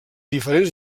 diferents